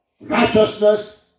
righteousness